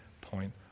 point